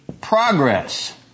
progress